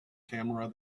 tamara